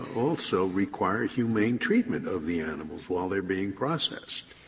also require humane treatment of the animals while they are being processed.